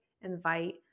invite